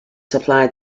supplied